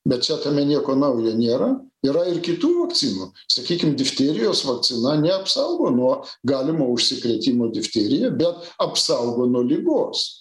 bet tame nieko naujo nėra yra ir kitų vakcinų sakykim difterijos vakcina neapsaugo nuo galimo užsikrėtimo difterija bet apsaugo nuo ligos